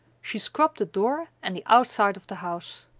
she scrubbed the door and the outside of the house.